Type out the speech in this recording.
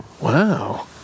Wow